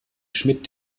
schmidt